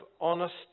honest